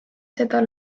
seda